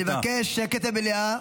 אני מבקש שקט במליאה.